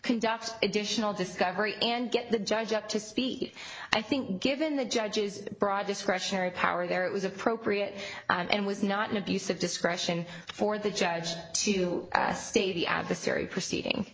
conduct additional discovery and get the judge up to speed i think given the judge's broad discretionary power there it was appropriate and was not an abuse of discretion for the judge to stay the adversary proceeding